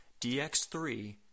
DX3